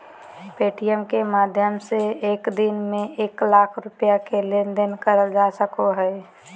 Paytm के माध्यम से एक दिन में एक लाख रुपया के लेन देन करल जा सको हय